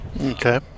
Okay